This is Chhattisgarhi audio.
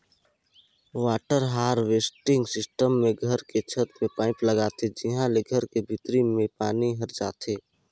वाटर हारवेस्टिंग सिस्टम मे घर के छत में पाईप लगाथे जिंहा ले घर के भीतरी में पानी हर जाथे